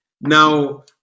Now